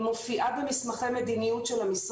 הפסיכולוגי החינוכי שהם מוזמנים להפנות אליהם.